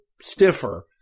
stiffer